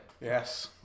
Yes